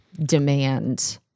demand